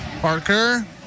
Parker